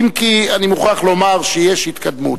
אם כי אני מוכרח לומר שיש התקדמות.